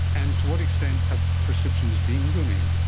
and to what extent have prescriptions been booming?